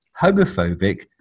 homophobic